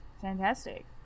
Fantastic